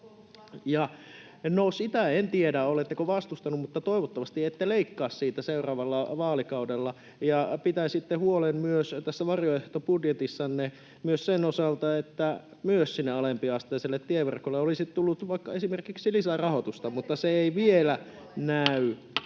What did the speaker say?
sitä en tiedä, oletteko vastustaneet, mutta toivottavasti ette leikkaa siitä seuraavalla vaalikaudella ja pitäisitte huolen vaihtoehtobudjetissanne sen osalta niin, että myös sinne alempiasteiselle tieverkolle olisi tullut vaikka esimerkiksi lisärahoitusta, mutta se ei vielä näy